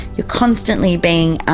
you're constantly being